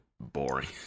boring